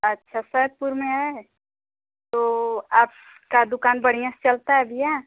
अच्छा सैदपुर में है तो आपकी दुकान उकान बढ़िया से चलता है भैया